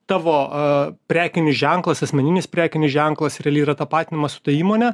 tavo prekinis ženklas asmeninis prekinis ženklas realiai yra tapatinamas su ta įmone